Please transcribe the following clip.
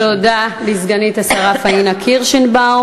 תודה לסגנית השר פאינה קירשנבאום.